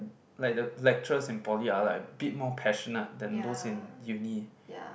like the lecturers in poly are like a bit more passionate than those in uni